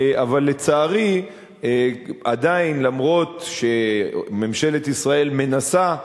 אבל, לצערי, עדיין, אף שממשלת ישראל מנסה,